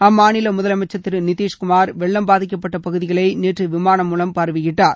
அம்மாநில முதலமைச்சர் திரு நித்திஷ் குமார் வெள்ளம் பாதிக்கப்பட்ட பகுதிகளை நேற்று விமானம் மூலம் பார்வையிட்டார்